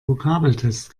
vokabeltest